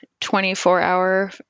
24-hour